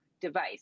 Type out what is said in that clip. device